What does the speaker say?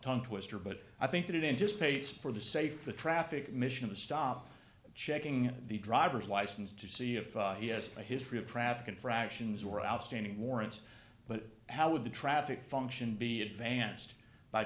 tongue twister but i think that it into space for the safety the traffic mission to stop checking the driver's license to see if it has a history of traffic infractions were outstanding warrants but how would the traffic function be advanced by